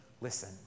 listen